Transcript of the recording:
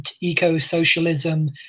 eco-socialism